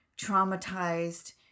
traumatized